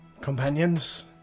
Companions